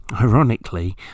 ironically